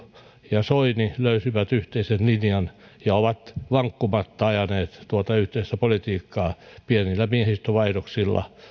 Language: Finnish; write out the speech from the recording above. ja soini löysivät yhteisen linjan ja ovat vankkumatta ajaneet tuota yhteistä politiikkaa pienillä miehistövaihdoksilla